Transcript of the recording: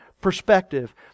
perspective